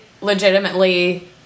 legitimately